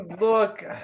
look